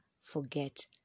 forget